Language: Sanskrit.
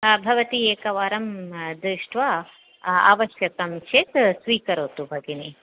भवती एकवारं दृष्ट्वा आवश्यकं चेत् स्वीकरोतु भगिनि